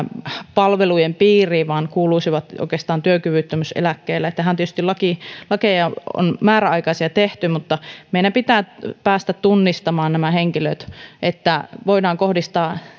palvelujen piiriin vaan kuuluisivat oikeastaan työkyvyttömyyseläkkeelle tähän tietysti on määräaikaisia lakeja tehty mutta meidän pitää päästä tunnistamaan nämä henkilöt että voidaan kohdistaa